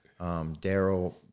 Daryl